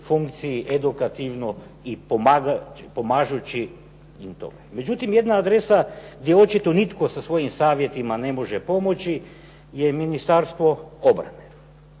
funkciji edukativno i pomažući im u tome. Međutim, jedna adresa gdje očito nitko sa svojim savjetima ne može pomoći je ministarstvo obrane.